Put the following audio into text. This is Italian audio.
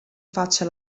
faccia